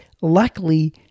luckily